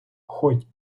хоть